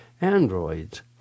Androids